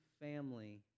family